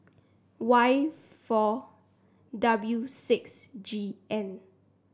Y four W six G N